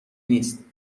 نیست